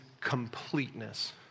completeness